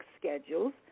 schedules